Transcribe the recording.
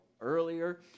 earlier